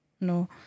No